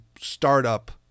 startup